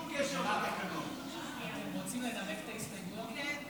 מה הקשר בין ההצבעה בהסתייגויות לזכות